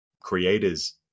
creators